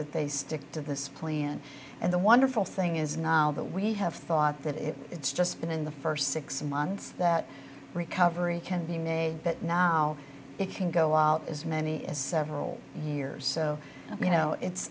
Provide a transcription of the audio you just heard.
that they stick to this plan and the wonderful thing is now now that we have thought that it it's just been in the first six months that recovery can be made that now it can go out as many as several years so you know it's